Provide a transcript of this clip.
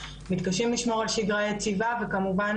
מתקשים לשמור על שגרה יציבה וכמובן,